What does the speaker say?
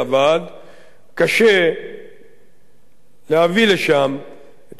קשה להביא לשם את השירותים הציבוריים,